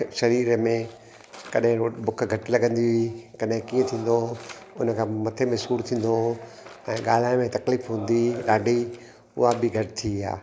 मूंखे शरीर में कॾहिं रो बुख घटि लॻंदी हुई कॾहिं कीअं थींदो हो उन खां मथे में सूरु थींदो हो ऐं ॻाल्हाइण में तकलीफ़ु हूंदी हुई ॾाढी उहा बि घटि थी आहे